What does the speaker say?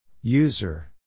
User